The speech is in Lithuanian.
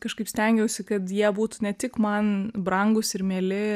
kažkaip stengiausi kad jie būtų ne tik man brangūs ir mieli